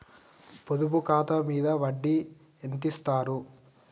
పొదుపు ఖాతా మీద వడ్డీ ఎంతిస్తరు?